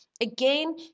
again